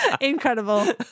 Incredible